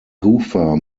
gopher